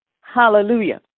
Hallelujah